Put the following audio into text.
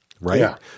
right